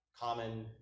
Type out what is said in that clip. common